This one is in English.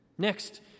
Next